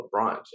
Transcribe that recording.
LeBron